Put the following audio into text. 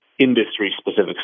industry-specific